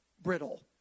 brittle